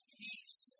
peace